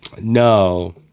no